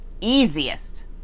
easiest